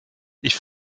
ich